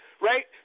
right